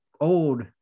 old